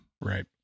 right